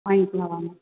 வாங்கிக்கலாம் வாங்க